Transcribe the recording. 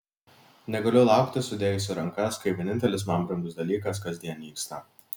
negaliu laukti sudėjusi rankas kai vienintelis man brangus dalykas kasdien nyksta